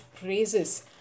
praises